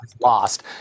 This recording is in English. lost